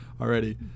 already